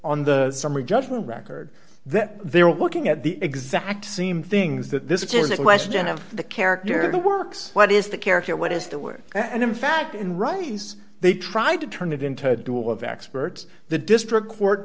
on the summary judgment record that they're working at the exact same things that this is a question of the character of the works what is the character what is the way and in fact in rice they tried to turn it into a duel of experts the district court